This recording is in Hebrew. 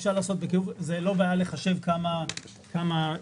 זה לא בעיה לחשב כמה ליטר,